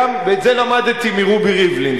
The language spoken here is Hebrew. ואת זה למדתי מרובי ריבלין,